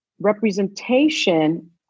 representation